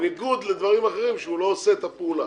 זה בניגוד לדברים אחרים, שהוא לא עושה את הפעולה.